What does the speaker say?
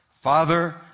father